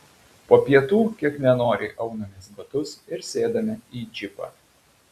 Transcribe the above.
po pietų kiek nenoriai aunamės batus ir sėdame į džipą